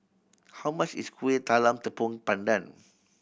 how much is Kuih Talam Tepong Pandan